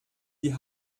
die